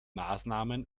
maßnahmen